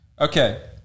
Okay